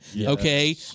Okay